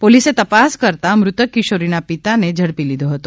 પોલીસે તપાસ કરતાં મૃતક કિશોરીના પિતાને ઝડપી લીધો હતો